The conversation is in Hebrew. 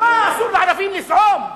אסור לערבים לזעום?